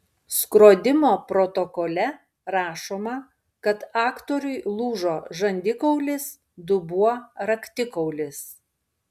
skrodimo protokole rašoma kad aktoriui lūžo žandikaulis dubuo raktikaulis